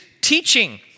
teaching